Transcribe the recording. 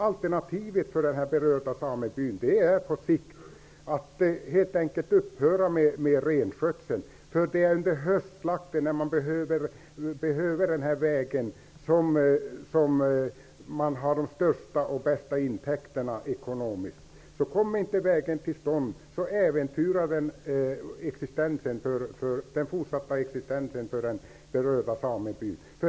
Alternativet för byn är på sikt att upphöra med renskötseln. Det är under höstslakten, när man behöver vägen, som man har de största och bästa intäkterna. Om vägen inte kommer till stånd äventyrar det den fortsatta existensen för den berörda samebyn.